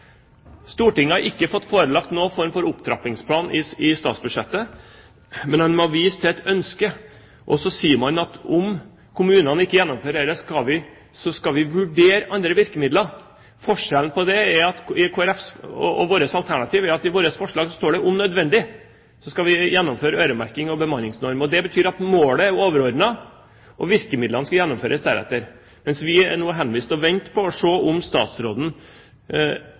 Stortinget har ikke fått seg forelagt noen form for opptrappingsplan i statsbudsjettet, men man viser til et ønske. Så sier man at om kommunene ikke gjennomfører dette, skal man vurdere andre virkemidler. Forskjellen på det og Kristelig Folkepartis alternativ er at i vårt forslag står det at «om nødvendig» skal man innføre øremerking av midler og bemanningsnorm. Det betyr at målet er overordnet, og virkemidlene skal gjennomføres deretter. Nå er vi henvist til å vente og se på